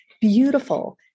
beautiful